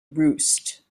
roost